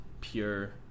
pure